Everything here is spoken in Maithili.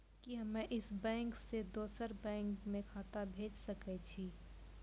कि हम्मे इस बैंक सें दोसर बैंक मे पैसा भेज सकै छी?